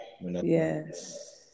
yes